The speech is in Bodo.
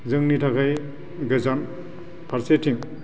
जोंनि थाखाय गोजान फारसेथिं